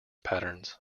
patterns